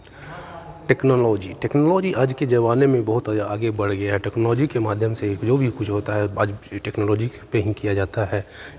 technology technology आज के जमाने में बहुत आगे बढ़ गया है टेक्नोलोजी के माध्यम से जो भी कुछ होता है आज टेक्नोलोजी पे ही किया जाता है